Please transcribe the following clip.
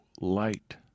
light